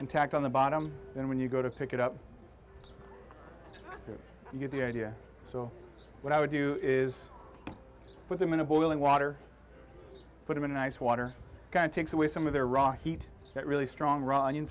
intact on the bottom then when you go to pick it up you get the idea so what i would do is put them in a boiling water put them in a nice water takes away some of the raw heat that really strong raw onion